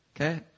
okay